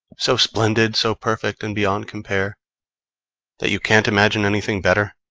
so splendid, so perfect, and beyond compare that you can't imagine anything better.